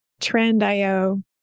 Trend.io